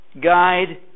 guide